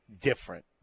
different